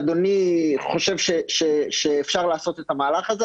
אדוני חושב שאפשר לעשות את המהלך הזה,